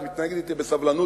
את מתנהגת אתי בסבלנות,